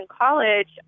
college